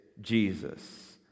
Jesus